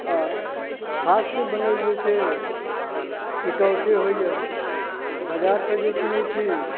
आ हाथसँ बनल जे छै टिकाऊ से होइए बजारसँ जे कीनैत छी